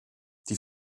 die